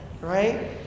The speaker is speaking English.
right